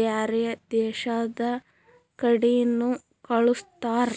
ಬ್ಯಾರೆ ದೇಶದ ಕಡಿನು ಕಳುಸ್ತಾರ್